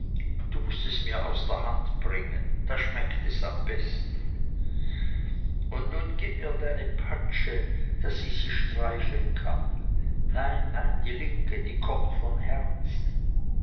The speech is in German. du mußt es mir aus der hand bringen da schmeckt es am besten und nun gib mir deine patsche daß ich sie streicheln kann nein nein die linke die kommt von herzen